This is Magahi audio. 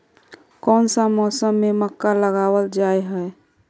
कोन सा मौसम में मक्का लगावल जाय है?